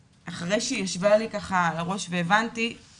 אחרי שהיא ישבה לי ככה על הראש והבנתי את זה,